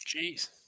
Jeez